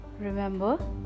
remember